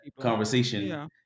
conversation